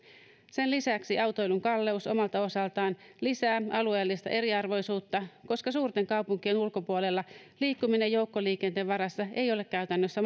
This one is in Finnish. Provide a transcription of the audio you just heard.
sen lisäksi autoilun kalleus omalta osaltaan lisää alueellista eriarvoisuutta koska suurten kaupunkien ulkopuolella liikkuminen joukkoliikenteen varassa ei ole käytännössä